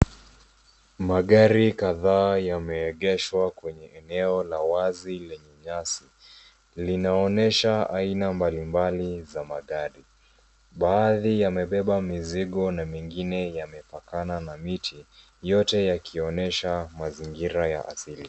Magari kataa yameegeshwa kwenye eno la wazi lenye nyasi. Linaonyesha aina mbali mbali za magari. Baadhi yamebeba mizigo na mingine yamepakana na miti. Yote yakionyesha mazingira ya asili.